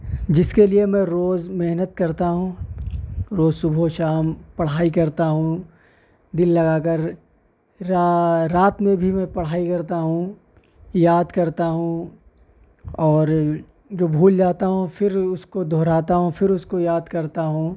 جس کے لیے میں روز محنت کرتا ہوں روز صبح و شام پڑھائی کرتا ہوں دل لگا کر رات میں بھی میں پڑھائی کرتا ہوں یاد کرتا ہوں اور جو بھول جاتا ہوں پھر اس کو دہراتا ہوں پھر اس کو یاد کرتا ہوں